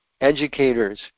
educators